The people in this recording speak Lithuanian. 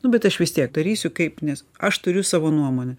nu bet aš vis tiek darysiu kaip nes aš turiu savo nuomonę